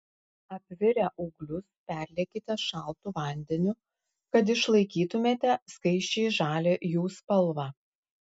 apvirę ūglius perliekite šaltu vandeniu kad išlaikytumėte skaisčiai žalią jų spalvą